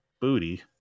booty